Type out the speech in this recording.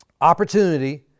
Opportunity